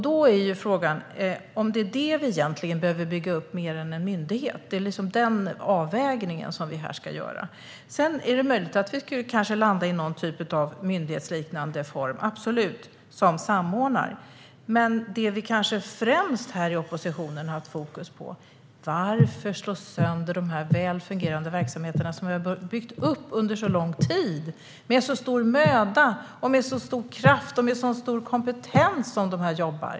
Då är frågan om det är det vi egentligen behöver bygga upp, snarare än en myndighet. Det är den avvägningen som vi ska göra här. Sedan är det absolut möjligt att vi skulle kunna landa i någon typ av myndighetsliknande form för samordningen. Men det vi i oppositionen kanske främst har ett fokus på är: Varför slå sönder de här väl fungerande verksamheterna, som vi har byggt upp under så lång tid, med så stor möda och med så stor kraft och som har så stor kompetens?